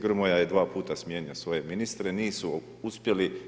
Grmoja je 2 puta smijenio svoje ministre, nisu uspjeli.